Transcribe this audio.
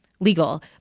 Legal